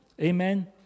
Amen